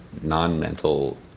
non-mental